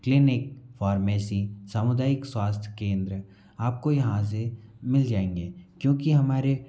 clinic pharmacy सामुदायिक स्वास्थ्य केंद्र आप को यहाँ से मिल जाएंगे क्योंकि हमारे